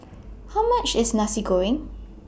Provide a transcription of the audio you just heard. How much IS Nasi Goreng